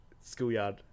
schoolyard